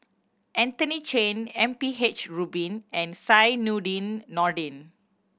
Anthony Chen M P H Rubin and Zainudin Nordin